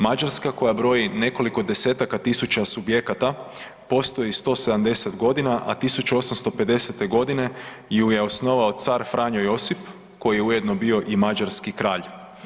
Mađarska koja broji nekoliko desetaka tisuća subjekata postoji 170 godina, a 1850. godine ju je osnovao car Franjo Josip koji je ujedno bio i mađarski kralj.